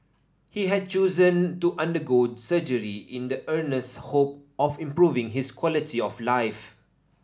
he had chosen to undergo surgery in the earnest hope of improving his quality of life